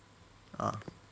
ah